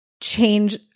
change